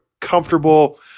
comfortable